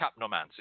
capnomancy